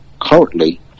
currently